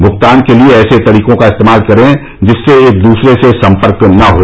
भुगतान के लिए ऐसे तरीकों का इस्तेमाल करें जिससे एक दूसरे से संपर्क न हो